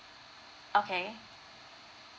okay